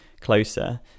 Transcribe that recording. closer